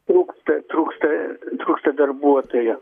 trūksta trūksta trūksta darbuotojų